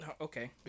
Okay